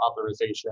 authorization